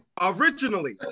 originally